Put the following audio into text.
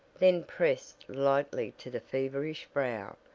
then pressed lightly to the feverish brow.